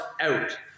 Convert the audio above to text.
out